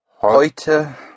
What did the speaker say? heute